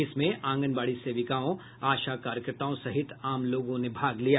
इसमें आंगनबाड़ी सेविकाओं आशा कार्यकर्ताओं सहित आम लोगों ने भाग लिया